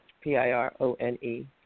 P-I-R-O-N-E